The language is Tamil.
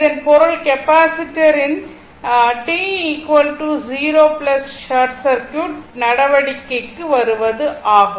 இதன் பொருள் கெப்பாசிட்டரின் t 0 ஷார்ட் சர்க்யூட் நடவடிக்கைக்கு வருவது ஆகும்